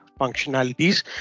functionalities